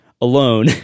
alone